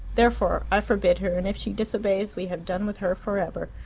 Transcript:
therefore i forbid her, and if she disobeys we have done with her for ever.